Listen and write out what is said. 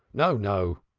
no, no.